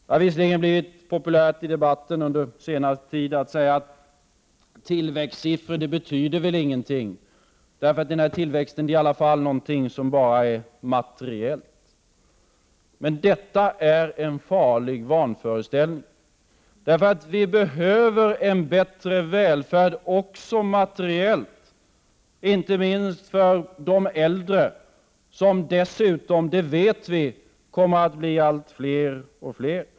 Det har under den senaste tiden i debatten visserligen blivit populärt att säga att tillväxtsiffror ingenting betyder, eftersom tillväxten i alla fall bara är materiell. Men detta är en farlig vanföreställning. Vi behöver nämligen en bättre välfärd också materiellt, inte minst för de äldre som dessutom, det vet vi, kommer att bli allt fler.